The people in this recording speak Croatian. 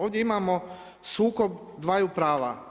Ovdje imamo sukob dvaju prava.